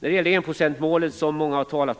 Många har talat om enprocentsmålet.